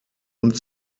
und